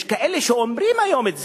יש כאלה שאומרים היום את זה,